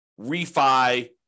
refi